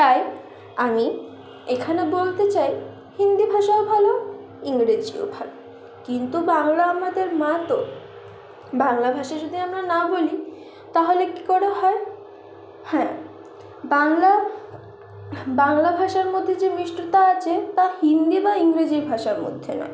তাই আমি এখানে বলতে চাই হিন্দি ভাষাও ভালো ইংরেজিও ভালো কিন্তু বাংলা আমাদের মা তো বাংলা ভাষায় যদি আমরা না বলি তাহলে কি করে হয় হ্যাঁ বাংলাও বাংলা ভাষার মধ্যে যে মিষ্টতা আছে তা হিন্দি বা ইংরেজি ভাষার মধ্যে নাই